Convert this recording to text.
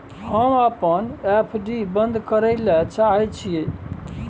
हम अपन एफ.डी बंद करय ले चाहय छियै